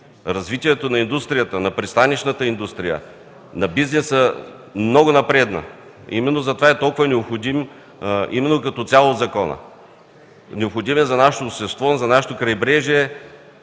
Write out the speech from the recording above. Развитието на индустрията, на пристанищната индустрия, на бизнеса много напредна. Именно затова законът е необходим като цяло, необходим е за нашето общество, за нашето крайбрежие,